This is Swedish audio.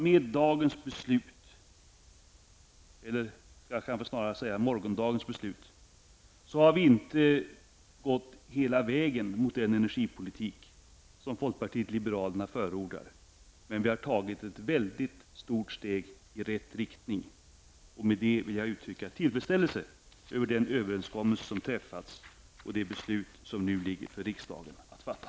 Med morgondagens beslut har vi inte gått hela vägen mot den energipolitik som folkpartiet liberalerna förordar, men vi har tagit ett mycket stort steg i rätt riktning och därför vill jag uttrycka min tillfredsställelse över det beslut som riksdagen nu kan fatta.